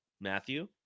Matthew